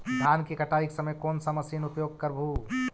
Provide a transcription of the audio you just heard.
धान की कटाई के समय कोन सा मशीन उपयोग करबू?